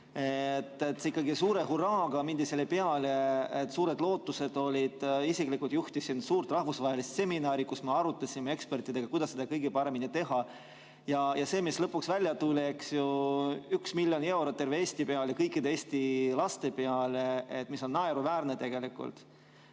toetus. Suure hurraaga mindi selle peale, suured lootused olid. Isiklikult juhtisin suurt rahvusvahelist seminari, kus me arutasime ekspertidega, kuidas seda kõige paremini teha. Ja see, mis lõpuks välja tuli, eks ju, 1 miljon eurot terve Eesti peale, kõikide Eesti laste peale, on naeruväärne.